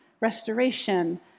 restoration